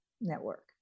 network